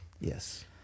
Yes